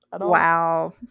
Wow